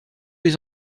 les